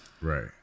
Right